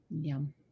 yum